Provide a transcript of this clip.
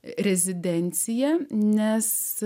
rezidenciją nes